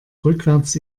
rückwärts